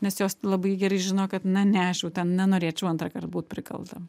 nes jos labai gerai žino kad na ne aš jau ten nenorėčiau antrąkart būt prikalta